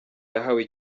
yahawe